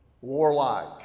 warlike